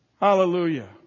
Hallelujah